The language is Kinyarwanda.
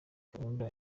gahunda